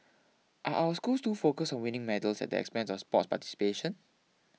are our school too focused on winning medals at the expense of sport participation